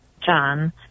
John